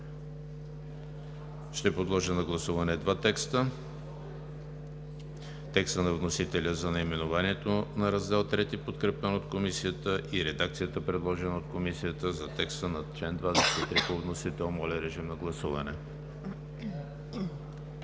Ще подложа на гласуване два текста: текста на вносителя за наименованието на Раздел III, подкрепен от вносителя, и редакцията, предложена от Комисията за текста на чл. 23 по вносител. Гласували